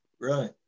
Right